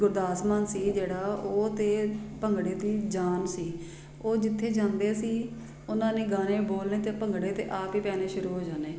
ਗੁਰਦਾਸ ਮਾਨ ਸੀ ਜਿਹੜਾ ਉਹ ਤਾਂ ਭੰਗੜੇ ਦੀ ਜਾਨ ਸੀ ਉਹ ਜਿੱਥੇ ਜਾਂਦੇ ਸੀ ਉਹਨਾਂ ਨੇ ਗਾਣੇ ਬੋਲਣੇ ਅਤੇ ਭੰਗੜੇ ਤਾਂ ਆਪ ਹੀ ਪੈਣੇ ਸ਼ੁਰੂ ਹੋ ਜਾਣੇ